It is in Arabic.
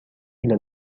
إلى